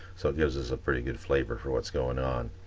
so it gives us a pretty good flavor for what's going on.